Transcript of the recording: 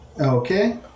Okay